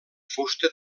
fusta